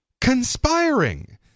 conspiring